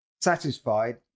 satisfied